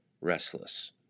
restless